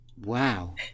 Wow